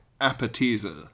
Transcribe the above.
appetizer